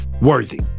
Worthy